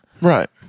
right